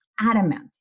adamant